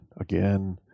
again